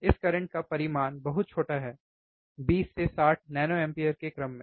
इस करंट का परिमाण बहुत छोटा है 20 से 60 नैनोएम्पीयर के क्रम में